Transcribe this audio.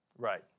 Right